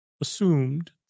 assumed